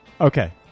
Okay